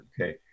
okay